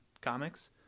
comics